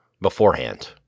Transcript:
beforehand